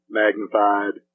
magnified